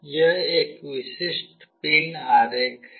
यह एक विशिष्ट पिन आरेख है